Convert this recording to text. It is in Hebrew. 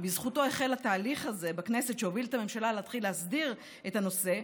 ובזכותו החל התהליך הזה בכנסת שהוביל את הממשלה להתחיל להסדיר את הנושא,